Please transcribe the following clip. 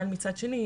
מצד שני,